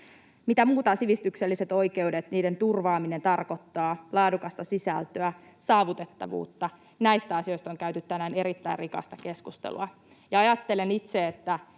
Mitä muuta sivistykselliset oikeudet, niiden turvaaminen tarkoittaa: laadukasta sisältöä, saavutettavuutta. Näistä asioista on käyty tänään erittäin rikasta keskustelua. Ajattelen itse, että